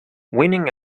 winning